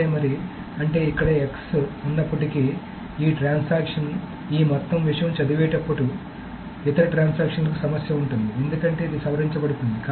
అయితే మరి అంటే ఇక్కడ X ఉన్నప్పటికీ ఈ ట్రాన్సాక్షన్ ఈ మొత్తం విషయం చదివేటప్పుడు ఇతర ట్రాన్సాక్షన్ లకు సమస్య ఉంటుంది ఎందుకంటే ఇది సవరించబడుతోంది